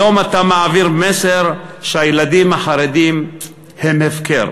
היום אתה מעביר מסר שהילדים החרדים הם הפקר.